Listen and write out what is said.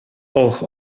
och